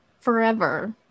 Forever